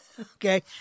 Okay